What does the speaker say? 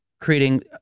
creating